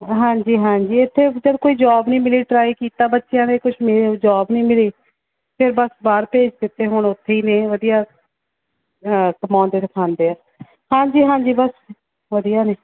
ਹਾਂਜੀ ਹਾਂਜੀ ਇੱਥੇ ਉੱਧਰ ਕੋਈ ਜੋਬ ਨਹੀਂ ਮਿਲੀ ਟਰਾਈ ਕੀਤਾ ਬੱਚਿਆਂ ਨੇ ਕੁਛ ਮੇ ਜੋਬ ਨਹੀਂ ਮਿਲੀ ਫਿਰ ਬਸ ਬਾਹਰ ਭੇਜ ਦਿੱਤੇ ਹੁਣ ਉੱਥੇ ਹੀ ਨੇ ਵਧੀਆ ਕਮਾਉਂਦੇ ਖਾਂਦੇ ਆ ਹਾਂਜੀ ਹਾਂਜੀ ਬਸ ਵਧੀਆ ਨੇ